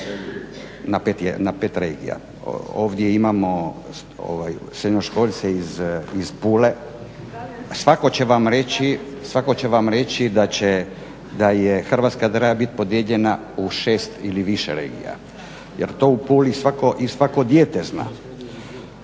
na pet regija. Ovdje imamo srednjoškolce iz Pule, svako će vam reći da je Hrvatska treba biti podijeljena u šest ili više regija jer to u Puli i svako dijete zna.